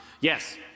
Yes